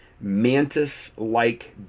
mantis-like